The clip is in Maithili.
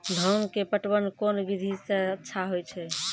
धान के पटवन कोन विधि सै अच्छा होय छै?